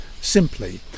simply